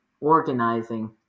organizing